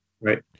Right